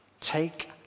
Take